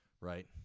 right